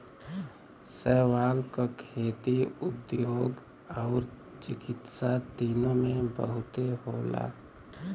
शैवाल क खेती, उद्योग आउर चिकित्सा तीनों में बहुते होला